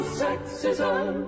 sexism